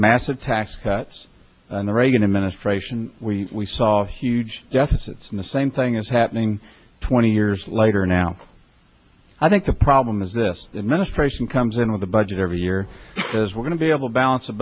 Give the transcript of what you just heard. massive tax cuts in the reagan administration we saw huge deficits in the same thing is happening twenty years later now i think the problem is this administration comes in with a budget every year as we're going to be able to balance